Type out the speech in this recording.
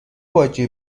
باجه